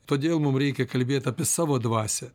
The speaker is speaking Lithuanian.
todėl mum reikia kalbėt apie savo dvasią